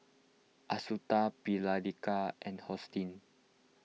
Assunta Phylicia and Hosteen